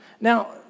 Now